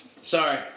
Sorry